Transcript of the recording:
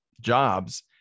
jobs